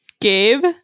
Gabe